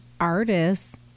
artists